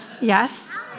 Yes